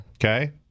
Okay